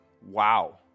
wow